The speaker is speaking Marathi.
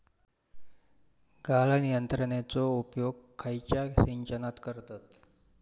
गाळण यंत्रनेचो उपयोग खयच्या सिंचनात करतत?